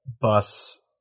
bus